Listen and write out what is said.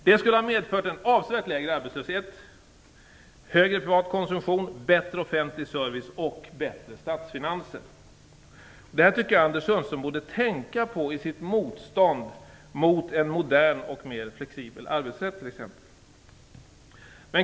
Det skulle ha medfört en avsevärt lägre arbetslöshet, högre privat konsumtion, bättre offentlig service och bättre statsfinanser. Detta borde Anders Sundström tänka på när han t.ex. gör motstånd mot en modern och mer flexibel arbetsrätt.